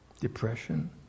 depression